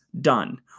done